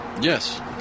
Yes